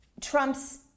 Trump's